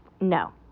No